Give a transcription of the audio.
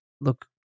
look